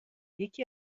یکی